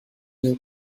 their